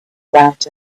about